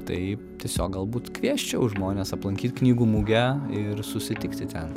tai tiesiog galbūt kviesčiau žmones aplankyt knygų mugę ir susitikti ten